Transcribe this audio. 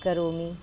करोमि